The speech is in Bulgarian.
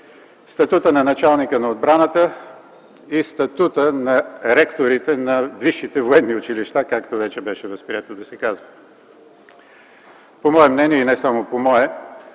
статута на началника на отбраната и статута на ректорите на висшите военни училища, както вече беше възприето да се казва. По мое мнение, и не само по мое,